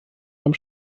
beim